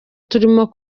turimo